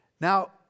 Now